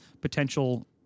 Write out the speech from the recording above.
potential